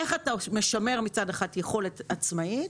איך אתה משמר מצד אחד יכולת עצמאית,